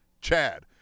Chad